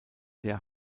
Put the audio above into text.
der